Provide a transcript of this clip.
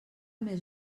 més